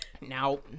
Now